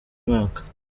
mwaka